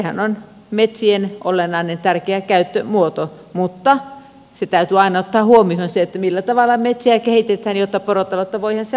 sehän on metsien olennainen tärkeä käyttömuoto mutta täytyy aina ottaa huomioon millä tavalla metsiä kehitetään jotta porotaloutta voidaan siellä harjoittaa